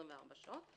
ל-24 שעות,